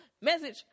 message